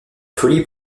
folie